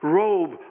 robe